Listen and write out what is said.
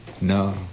No